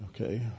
Okay